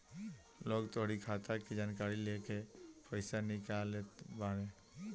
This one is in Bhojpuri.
लोग तोहरी खाता के जानकारी लेके पईसा निकाल लेत बाने